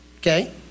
Okay